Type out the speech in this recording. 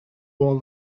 all